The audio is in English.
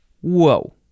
whoa